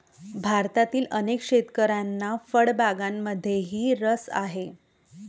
भारतातील अनेक शेतकऱ्यांना फळबागांमध्येही रस आहे